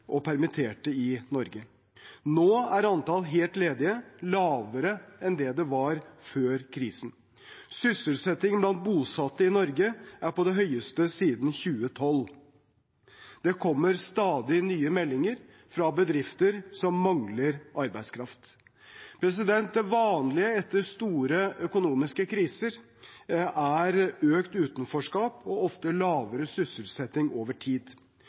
og permitterte i Norge. Nå er antall helt ledige lavere enn det det var før krisen. Sysselsetting blant bosatte i Norge er på det høyeste siden 2012. Det kommer stadig nye meldinger fra bedrifter som mangler arbeidskraft. Det vanlige etter store økonomiske kriser er økt utenforskap og oftere lavere sysselsetting over tid.